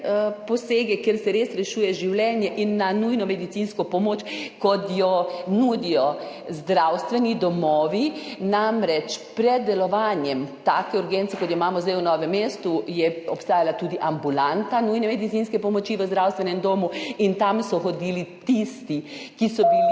posege, kjer se res rešuje življenje, in na nujno medicinsko pomoč, kot jo nudijo zdravstveni domovi? Namreč, pred delovanjem take urgence, kot jo imamo zdaj v Novem mestu, je obstajala tudi ambulanta nujne medicinske pomoči v zdravstvenem domu in tja so hodili tisti, ki so bili